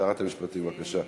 שרת המשפטים, בבקשה.